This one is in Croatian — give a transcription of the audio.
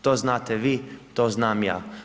To znate vi, to znam ja.